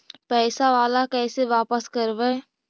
पैसा बाला कैसे बापस करबय?